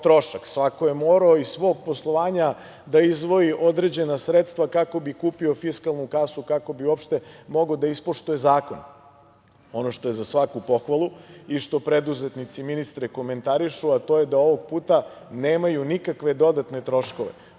svako je morao iz svog poslovanja da izdvoji određena sredstva kako bi kupio fiskalnu kasu, kako bi uopšte mogao da ispoštuje zakon. Ono što je za svaku pohvalu i što preduzetnici, ministre, komentarišu, to je da ovog puta nemaju nikakve dodatne troškove.